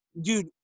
dude